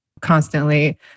constantly